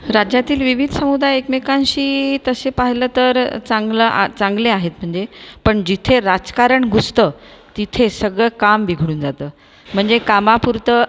राज्यातील विविध समुदाय एकमेकांशी तसे पाहिलं तर चांगलं आ चांगले आहेत म्हणजे पण जिथे राजकारण घुसतं तिथे सगळं काम बिघडून जातं म्हणजे कामापुरतं